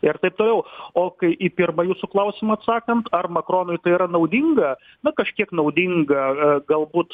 ir taip toliau o kai į pirmą jūsų klausimą atsakant ar makronui tai yra naudinga na kažkiek naudinga galbūt